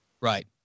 right